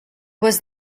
was